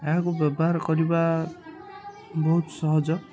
ଏହାକୁ ବ୍ୟବହାର କରିବା ବହୁତ ସହଜ